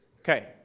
Okay